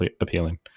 appealing